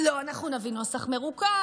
לא, אנחנו נביא נוסח מרוכך,